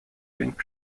winged